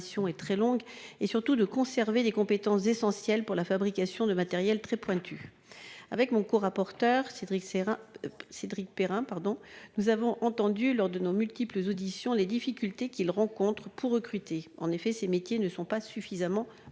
est très longue, et surtout de conserver des compétences essentielles pour la fabrication de matériels très pointus. Avec mon corapporteur Cédric Perrin, nous avons entendu lors de nos multiples auditions les difficultés que les industriels rencontrent pour recruter. En effet, ces métiers ne sont pas suffisamment